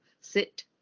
sit